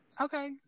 okay